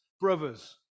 brothers